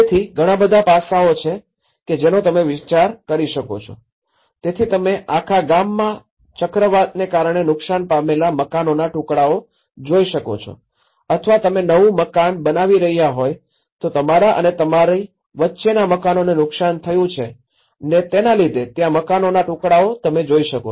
તેથી ઘણા બધા પાસાઓ છે કે જેનો તમે વિચાર કરી શકો છો તેથી તમે આખા ગામમાં ચક્રાવાતને કારણે નુકસાન પામેલા મકાનોના ટુકડાઓ જોઈ શકો છો અથવા તમે નવું મકાન બનાવી રહ્યા હોય તો તમારા અને તમારી વચ્ચેના મકાનોને નુકસાન થયું છે ને તેના લીધે ત્યાં મકાનોના ટુકડાઓ તમે જોઈ શકો છો